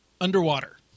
Underwater